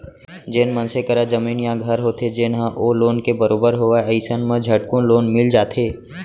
जेन मनसे करा जमीन या घर होथे जेन ह ओ लोन के बरोबर होवय अइसन म झटकुन लोन मिल जाथे